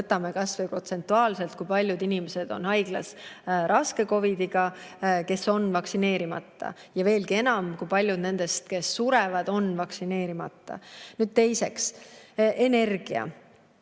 Võtame kas või protsentuaalselt, kui paljud inimesed on haiglas raske COVID-iga ja kes nendest on vaktsineerimata, veelgi enam, kui paljud nendest, kes surevad, on vaktsineerimata. Teiseks, energia.